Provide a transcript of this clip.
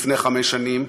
לפני חמש שנים,